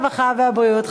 הרווחה והבריאות,